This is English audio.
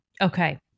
Okay